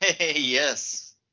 yes